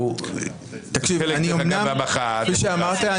כפי שאמרת,